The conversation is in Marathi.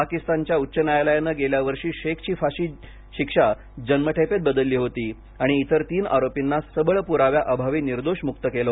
पाकिस्तानच्या उच्च न्यायालयाने गेल्या वर्षी शेखची फाशीची शिक्षा जन्मठेपेत बदलली होती आणि इतर तीन आरोपींना सबळ पुराव्या अभावी निर्दोष मुक्त केले